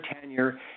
tenure